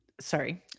sorry